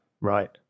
Right